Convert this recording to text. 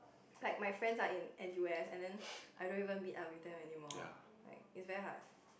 like my friends are in N_U_S and then I don't even meet up with them anymore like it's very hard